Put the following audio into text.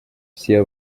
все